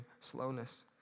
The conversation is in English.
slowness